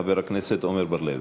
חבר הכנסת עמר בר-לב.